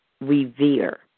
revere